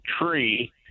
tree